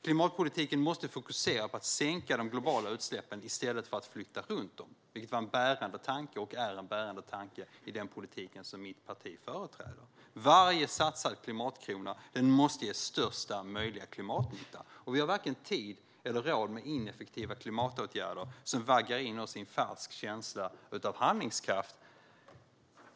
Klimatpolitiken måste fokusera på att sänka de globala utsläppen i stället för att flytta runt dem, vilket var och är en bärande tanke i den politik som mitt parti företräder. Varje satsad klimatkrona måste ge största möjliga klimatnytta. Vi har varken tid eller råd med ineffektiva klimatåtgärder som vaggar in oss i en falsk känsla av handlingskraft.